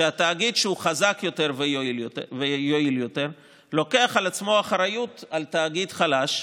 שתאגיד שהוא חזק יותר ויעיל יותר לוקח על עצמו אחריות על תאגיד חלש.